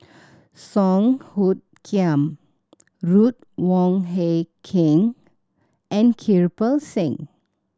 Song Hoot Kiam Ruth Wong Hie King and Kirpal Singh